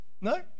No